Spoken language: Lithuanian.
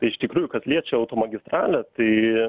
tai iš tikrųjų kas liečia automagistralę tai